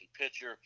pitcher